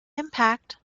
impact